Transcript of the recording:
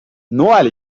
noel